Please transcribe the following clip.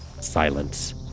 Silence